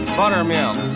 buttermilk